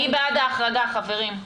מי בעד ההחרגה, חברים?